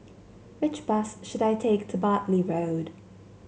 which bus should I take to Bartley Road